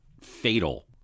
fatal